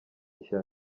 nshya